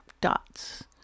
dots